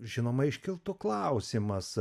žinoma iškiltų klausimas